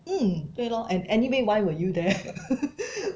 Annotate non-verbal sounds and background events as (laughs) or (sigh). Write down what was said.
mm 对 lor and anyway why were you there (laughs)